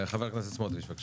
ח"כ סמוטריץ' בבקשה.